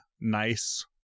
nice